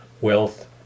wealth